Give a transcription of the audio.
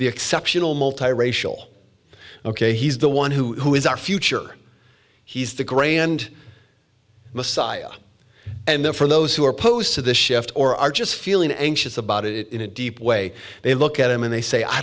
the exceptional multiracial ok he's the one who who is our future he's the grand messiah and then for those who are opposed to this shift or are just feeling anxious about it in a deep way they look at him and they say i